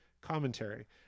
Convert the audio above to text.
commentary